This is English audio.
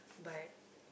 but